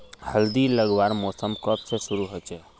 हल्दी लगवार मौसम कब से शुरू होचए?